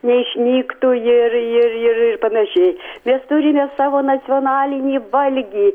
neišnyktų ir ir ir panašiai mes turime savo nacionalinį valgį